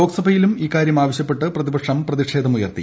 ലോക്സഭയിലും ഇക്കാര്യം ആവശ്യപ്പെട്ട് പ്രതിപക്ഷം പ്രതിഷേധം ഉയർത്തി